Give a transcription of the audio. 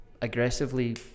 aggressively